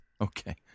Okay